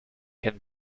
can